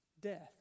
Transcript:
Death